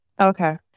okay